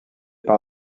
par